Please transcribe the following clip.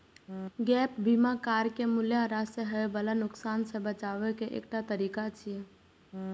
gap बीमा car के मूल्यह्रास सं होय बला नुकसान सं बचाबै के एकटा तरीका छियै